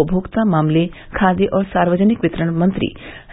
उपभोक्ता मामले खाद्य और सार्वजनिक वितरण मंत्री